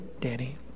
Danny